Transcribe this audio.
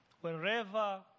wherever